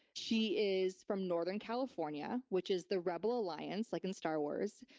she is from northern california, which is the rebel alliance like in star wars.